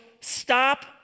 stop